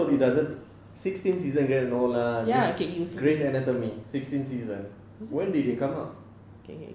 so it doesn't sixteen season how can no lah grey's anatomy sixteen season when did it come out